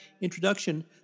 introduction